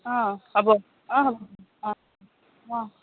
অ হ'ব অ হ'ব অ অ